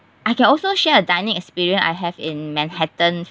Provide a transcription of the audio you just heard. I can also share a dining experience I have in manhattan